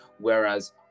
whereas